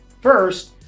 first